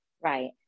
Right